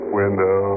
window